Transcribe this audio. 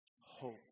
hope